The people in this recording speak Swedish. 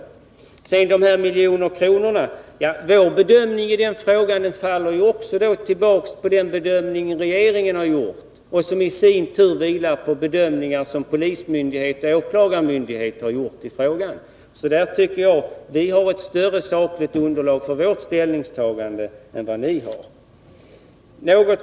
Beträffande de 12 miljonerna: Vid bedömningen av den frågan faller vi också tillbaka på den bedömning som regeringen har gjort, som i sin tur faller tillbaka på polismyndighetens och åklagarmyndighetens uppfattning. Där tycker jag att vi har ett större sakligt underlag för vårt ställningstagande än vad ni har.